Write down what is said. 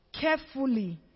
carefully